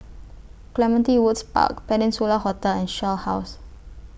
Clementi Woods Park Peninsula Hotel and Shell House